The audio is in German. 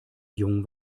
jung